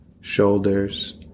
shoulders